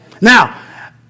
Now